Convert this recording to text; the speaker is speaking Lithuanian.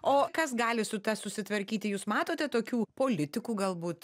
o kas gali su tuo susitvarkyti jūs matote tokių politikų galbūt